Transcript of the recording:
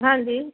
ਹਾਂਜੀ